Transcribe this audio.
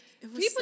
People